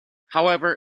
however